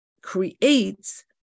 creates